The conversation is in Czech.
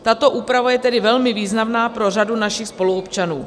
Tato úprava je tedy velmi významná pro řadu našich spoluobčanů.